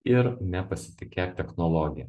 ir nepasitikėk technologija